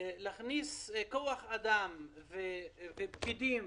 כוח אדם ופקידים,